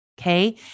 Okay